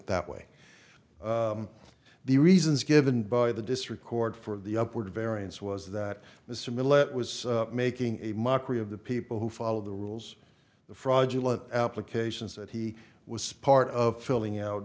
that way the reasons given by the district court for the upward variance was that mr millet was making a mockery of the people who follow the rules the fraudulent applications that he was part of filling out